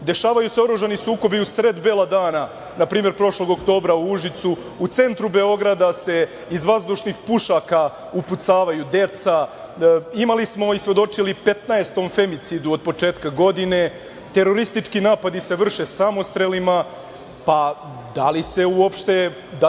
Dešavaju se oružani sukobi u sred bela dana, na primer prošlog oktobra u Užicu, u centru Beograda se iz vazdušnih pušaka upucavaju deca. Imali smo i svedočili 15 femicidu od početka godine, teroristički napadi se vrše samostrelima, pa da li je postignut